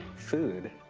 food,